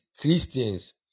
Christians